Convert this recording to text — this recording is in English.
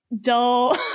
dull